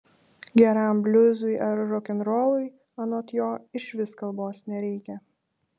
geram bliuzui ar rokenrolui anot jo išvis kalbos nereikia